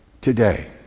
today